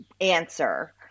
Answer